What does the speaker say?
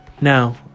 Now